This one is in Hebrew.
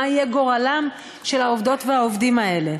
יהיה גורלם של העובדות והעובדים האלה.